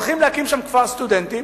הולכים להקים שם כפר סטודנטים,